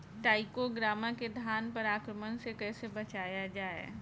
टाइक्रोग्रामा के धान पर आक्रमण से कैसे बचाया जाए?